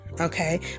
okay